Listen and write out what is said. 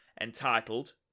entitled